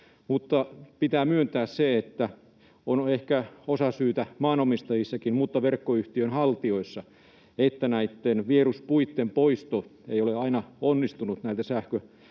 asia. Pitää myöntää se, että on ehkä osasyytä maanomistajissakin mutta myös verkkoyhtiön haltijoissa, että näitten vieruspuitten poisto ei ole aina onnistunut sähkölinjoilta.